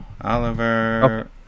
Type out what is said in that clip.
oliver